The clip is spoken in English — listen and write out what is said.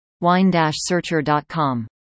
wine-searcher.com